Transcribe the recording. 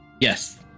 Yes